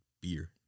beer